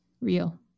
real